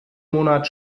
monat